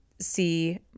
see